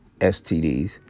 STDs